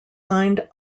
signed